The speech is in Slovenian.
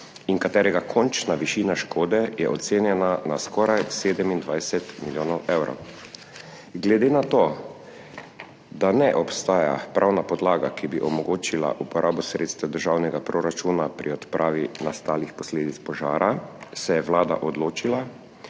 in katerega končna višina škode je ocenjena na skoraj 27 milijonov evrov. Glede na to, da ne obstaja pravna podlaga, ki bi omogočila uporabo sredstev državnega proračuna pri odpravi nastalih posledic požara, se je Vlada odločila,